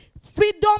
freedom